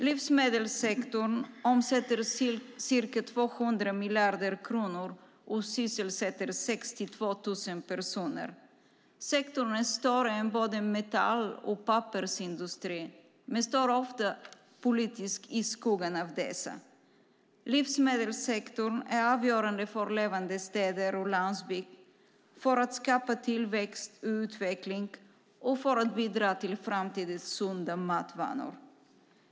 Livsmedelssektorn omsätter ca 200 miljarder kronor och sysselsätter 62 000 personer. Sektorn är större än både metall och pappersindustrin men står ofta politiskt i skuggan av dessa. Livsmedelssektorn är avgörande för levande städer och landsbygd, för att skapa tillväxt och utveckling och för att bidra till framtidens sunda matvanor.